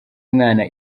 mwana